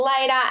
later